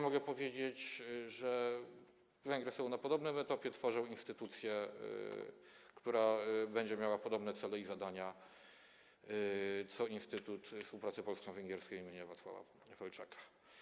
Mogę powiedzieć, że Węgry są na podobnym etapie: tworzą instytucję, która będzie miała podobne cele i zadania jak Instytut Współpracy Polsko-Węgierskiej im. Wacława Felczaka.